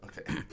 okay